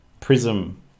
prism